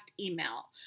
email